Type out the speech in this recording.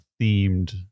themed